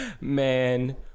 Man